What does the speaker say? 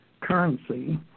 currency